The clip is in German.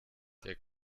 der